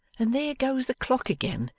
and there goes the clock again!